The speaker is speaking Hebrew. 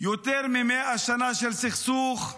יותר מ-100 שנים של סכסוך?